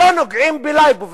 לא נוגעים בליבוביץ,